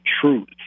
truth